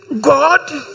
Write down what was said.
God